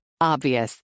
Obvious